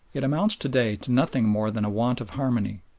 it amounts to-day to nothing more than a want of harmony,